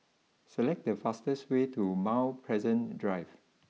select the fastest way to Mount Pleasant Drive